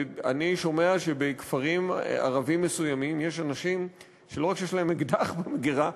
אני שומע שבכפרים ערביים מסוימים יש אנשים שלא רק שיש להם אקדח במגירה,